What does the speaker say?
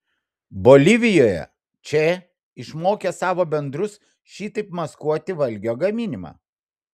bolivijoje če išmokė savo bendrus šitaip maskuoti valgio gaminimą